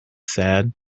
said